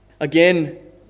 Again